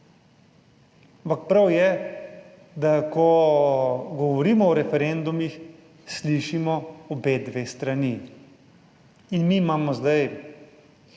Ampak prav je, da ko govorimo o referendumih, slišimo obe strani. In mi imamo zdaj